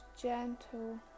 gentle